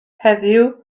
heddiw